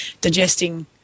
digesting